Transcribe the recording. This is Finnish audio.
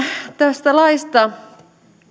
tästä laista